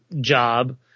job